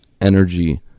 energy